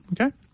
Okay